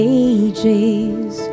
ages